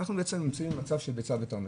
אנחנו בעצם נמצאים במצב של ביצה ותרנגולת.